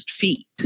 feet